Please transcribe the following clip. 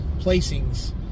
placings